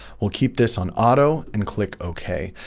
we'll keep this on auto and click ok.